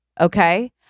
Okay